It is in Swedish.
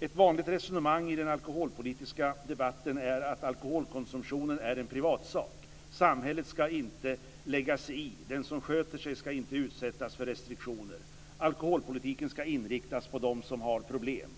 Ett vanligt resonemang i den alkoholpolitiska debatten är att alkoholkonsumtionen är en privatsak. Samhället ska inte lägga sig. Den som sköter sig ska inte utsättas för restriktioner. Alkoholpolitiken ska inriktas på dem som har problem.